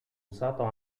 usato